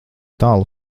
tālu